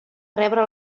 rebre